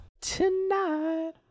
tonight